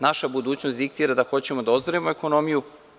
Naša budućnost diktira da hoćemo da ozdravimo ekonomiju.